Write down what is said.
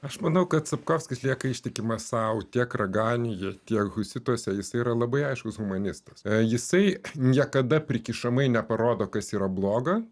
aš manau kad sapkovskis lieka ištikimas sau tiek raganiuje tiek husituose jis yra labai aiškus humanistas jisai niekada prikišamai neparodo kas yra bloga